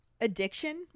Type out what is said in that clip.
addiction